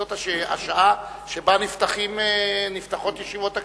זו השעה שבה נפתחות ישיבות הכנסת.